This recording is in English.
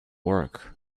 work